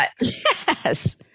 Yes